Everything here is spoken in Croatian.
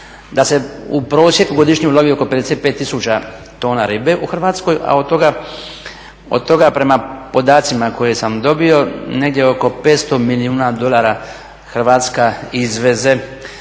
da se u prosjeku godišnje ulovi oko 55 tisuća tona ribe u Hrvatskoj, a od toga prema podacima koje sam dobio negdje oko 500 milijuna dolara Hrvatska izveze